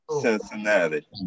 Cincinnati